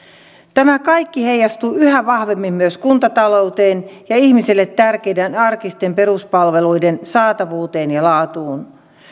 tämä kaikki heijastuu yhä vahvemmin myös kuntatalouteen ja ihmisille tärkeiden arkisten peruspalveluiden saatavuuteen ja laatuun